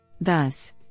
Thus